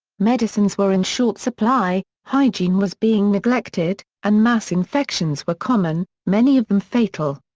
medicines were in short supply, hygiene was being neglected, and mass infections were common, many of them fatal.